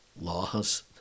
laws